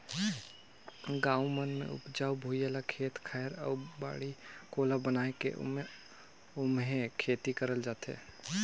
गाँव मन मे उपजऊ भुइयां ल खेत खायर अउ बाड़ी कोला बनाये के ओम्हे खेती करल जाथे